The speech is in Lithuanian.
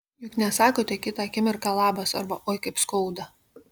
juk nesakote kitą akimirką labas arba oi kaip skauda